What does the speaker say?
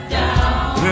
down